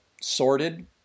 sorted